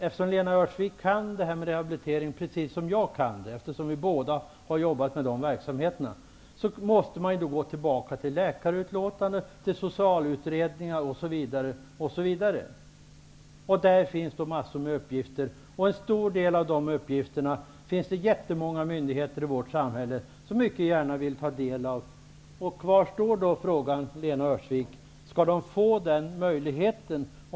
Eftersom Lena Öhrsvik kan det här med rehabilitering precis som jag kan det, eftersom vi båda har jobbat med dessa verksamheter, så vet hon att man måste gå tillbaka till läkarutlåtanden, socialutredningar osv. Där finns massor med uppgifter, och det finns jättemånga myndigheter i vårt samhälle som mycket gärna vill ta del av dem. Kvar står då frågan till Lena Öhrsvik: Skall de få det?